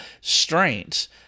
strengths